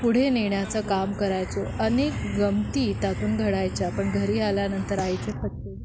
पुढे नेण्याचं काम करायचो अनेक गमती त्यातून घडायच्या पण घरी आल्यानंतर आईचे फटके